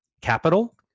capital